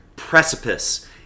precipice